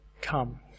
come